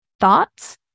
thoughts